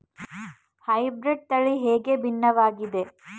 Hybrid ತಳಿ ಹೇಗೆ ಭಿನ್ನವಾಗಿದೆ?